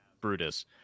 brutus